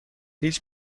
هیچ